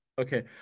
Okay